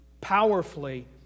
powerfully